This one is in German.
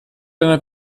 deiner